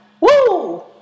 Woo